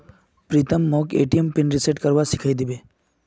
प्रीतम मोक ATM pin reset करवा सिखइ दी बे